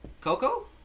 Coco